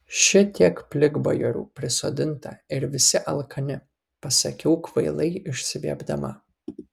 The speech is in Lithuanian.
šitiek plikbajorių prisodinta ir visi alkani pasakiau kvailai išsiviepdama